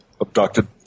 abducted